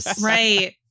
Right